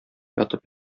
ятып